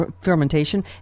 fermentation